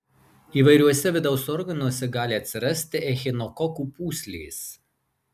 įvairiuose vidaus organuose gali atsirasti echinokokų pūslės